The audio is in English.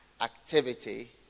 activity